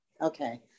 Okay